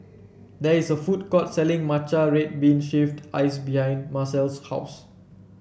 there is a food court selling Matcha Red Bean Shaved Ice behind Marcel's house